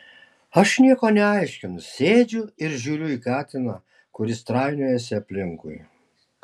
aš nieko neaiškinu sėdžiu ir žiūriu į katiną kuris trainiojasi aplinkui